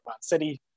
City